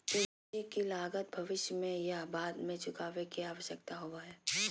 पूंजी की लागत भविष्य में या बाद में चुकावे के आवश्यकता होबय हइ